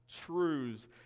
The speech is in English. truths